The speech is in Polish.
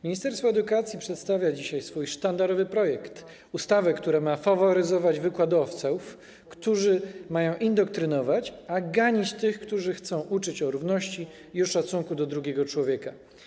Ministerstwo edukacji przedstawia dzisiaj swój sztandarowy projekt, ustawę, która ma faworyzować wykładowców, którzy mają indoktrynować, a ganić tych, którzy chcą uczyć o równości i o szacunku do drugiego człowieka.